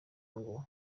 ngo